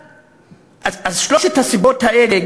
שלוש הסיבות האלה,